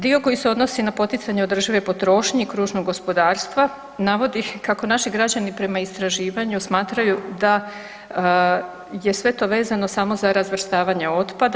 Dio koji se odnosi na poticanje održive potrošnje kružnog gospodarstva navodi kako naši građani prema istraživanju smatraju da je sve to vezano samo za razvrstavanje otpada.